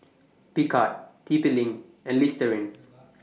Picard T P LINK and Listerine